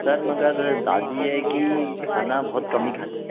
sir मगर दादी है कि खाना बहुत कम ही खाती है